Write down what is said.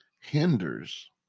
hinders